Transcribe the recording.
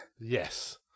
Yes